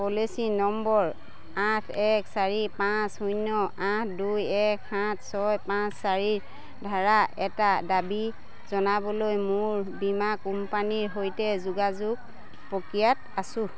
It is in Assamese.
পলিচী নম্বৰ আঠ এক চাৰি পাঁচ শূন্য আঠ দুই এক সাত ছয় পাঁচ চাৰিৰদ্বাৰা এটা দাবী জনাবলৈ মোৰ বীমা কোম্পানীৰ সৈতে যোগাযোগ প্ৰক্ৰিয়াত আছোঁ